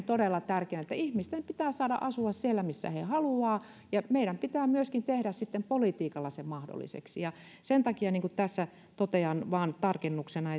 todella tärkeänä että ihmisten pitää saada asua siellä missä he haluavat ja meidän pitää myöskin tehdä politiikalla se mahdolliseksi ja sen takia tässä totean vain tarkennuksena